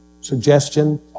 suggestion